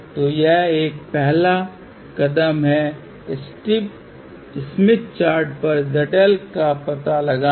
तो यह एक पहला कदम है स्मिथ चार्ट पर ZL का पता लगाएं